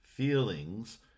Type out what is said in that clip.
feelings